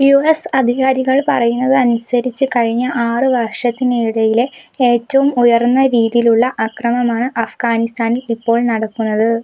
U S അധികാരികൾ പറയുന്നതനുസരിച്ച് കഴിഞ്ഞ ആറ് വർഷത്തിനിടയിലെ ഏറ്റവും ഉയർന്ന രീതിയിലുള്ള അക്രമമാണ് അഫ്ഗാനിസ്താനിൽ ഇപ്പോൾ നടക്കുന്നത്